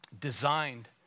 designed